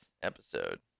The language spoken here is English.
episode